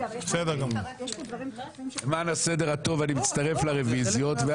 אני מצטרף לרוויזיות.